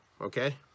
okay